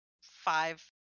five